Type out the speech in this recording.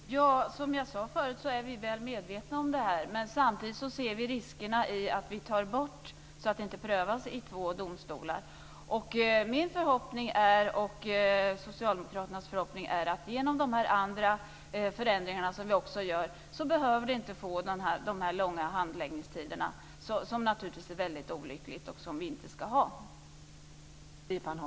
Fru talman! Som jag sade förut är vi väl medvetna om detta. Men samtidigt ser vi riskerna med att ta bort något, så att ärendena inte prövas i två domstolar. Min och Socialdemokraternas förhoppning är att i och med de andra förändringar som vi också gör så behöver inte handläggningstiderna bli så långa. Långa handläggningstider är naturligtvis något väldigt olyckligt, som vi inte ska ha.